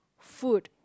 food